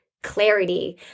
clarity